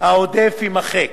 העודף יימחק